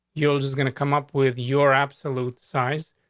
yours is gonna come up with your absolute size,